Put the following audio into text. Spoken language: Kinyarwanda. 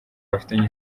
bafitanye